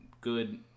good